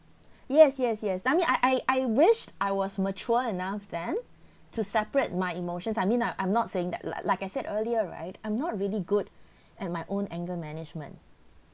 yes yes yes I mean I I I wished I was mature enough then to separate my emotions I mean I'm I'm not saying that like like I said earlier right I'm not really good at my own anger management